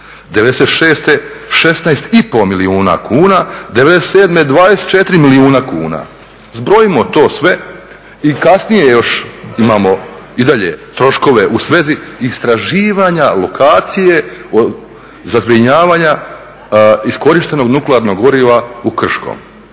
'96. 16 i pol milijuna kuna, '97. 24 milijuna kuna. Zbrojimo to sve i kasnije još imamo i dalje troškove u svezi istraživanja lokacije za zbrinjavanja iskorištenog nuklearnog goriva u Krškom.